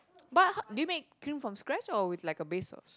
but how do you make cream from scratch or with like a base sauce